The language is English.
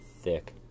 thick